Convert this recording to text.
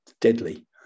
deadly